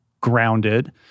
grounded